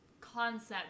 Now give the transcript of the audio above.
concept